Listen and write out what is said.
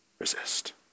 Resist